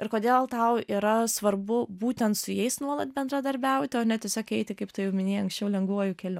ir kodėl tau yra svarbu būtent su jais nuolat bendradarbiauti o ne tiesiog eiti kaip tu jau minėjau anksčiau lengvuoju keliu